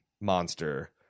monster